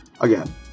Again